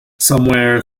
somewhere